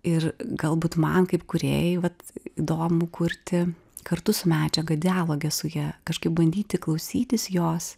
ir galbūt man kaip kūrėjai vat įdomu kurti kartu su medžiaga dialoge su ja kažkaip bandyti klausytis jos